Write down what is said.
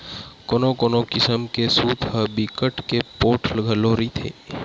कोनो कोनो किसम के सूत ह बिकट के पोठ घलो रहिथे